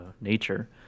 nature